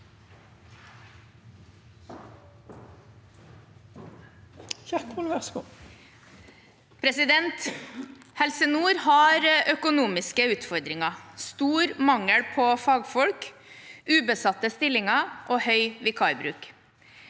Helse nord har økonomiske utfordringer, stor mangel på fagfolk, ubesatte stillinger og høy vikarbruk.